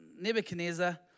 Nebuchadnezzar